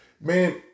Man